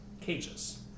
cages